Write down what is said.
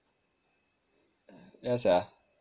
yah sia